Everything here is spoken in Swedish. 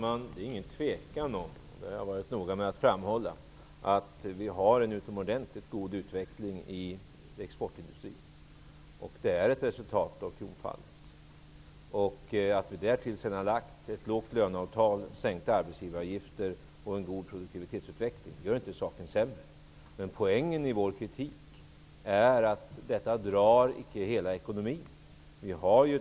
Herr talman! Jag har varit noga med att framhålla att det inte råder något tvivel om att vi har en utomordentligt god utveckling i exportindustrin och att det är ett resultat av kronfallet. Att det därtill kommer ett lågt löneavtal, sänkta arbetsgivaravgifter och en god produktivitetsutveckling gör inte saken sämre. Men poängen i vår kritik är att detta icke drar hela ekonomin.